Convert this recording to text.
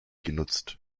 genutzt